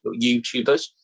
youtubers